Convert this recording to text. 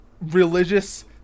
religious